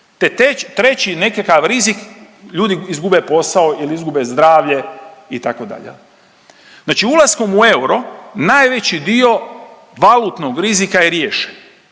te treći nekakav rizik, ljudi izgube posao ili izgube zdravlje itd. Znači ulaskom u euro najveći dio valutnog rizika je riješen,